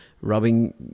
rubbing